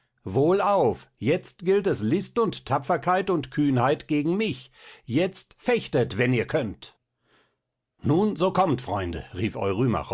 wohlauf jetzt gilt es list und tapferkeit und kühnheit gegen mich jetzt fechtet wenn ihr könnt nun so kommt freunde rief